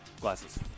Glasses